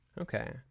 okay